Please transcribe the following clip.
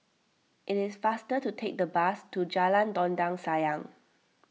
it is faster to take the bus to Jalan Dondang Sayang